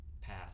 pass